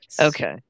Okay